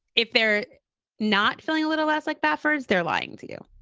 if they're not feeling a little lost like bamford's, they're lying to you